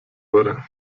wurde